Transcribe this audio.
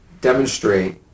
demonstrate